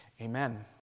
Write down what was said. Amen